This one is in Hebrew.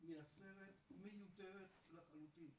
מייסרת מיותרת לחלוטין.